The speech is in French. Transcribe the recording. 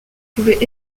pouvaient